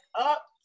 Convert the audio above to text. up